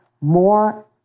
more